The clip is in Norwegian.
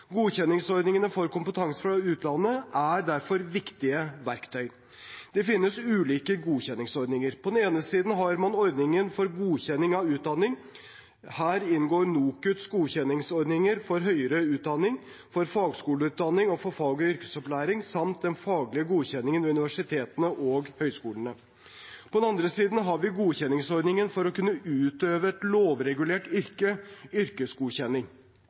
Godkjenningsordningene for kompetanse fra utlandet er derfor viktige verktøy. Det finnes ulike godkjenningsordninger. På den ene siden har man ordningen for godkjenning av utdanning. Her inngår NOKUTs godkjenningsordninger for høyere utdanning, for fagskoleutdanning og for fag- og yrkesopplæring samt den faglige godkjenningen ved universitetene og høyskolene. På den andre siden har vi godkjenningsordningen for å kunne utøve et lovregulert yrke, yrkesgodkjenning.